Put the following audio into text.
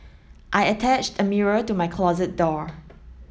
I attached a mirror to my closet door